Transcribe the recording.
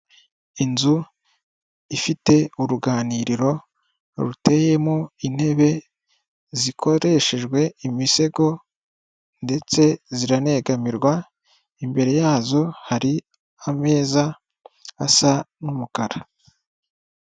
Inzu ifite uruganiriro ruteyemo intebe zikoreshejwe imisego ndetse ziranegamirwa, imbere yazo hari ameza asa n'umukara.